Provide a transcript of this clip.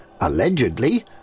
allegedly